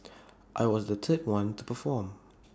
I was the third one to perform